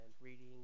reading